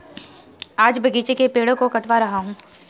आज बगीचे के पेड़ों को कटवा रहा हूं